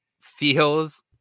feels